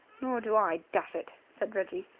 nor do i, dash it! said reggie.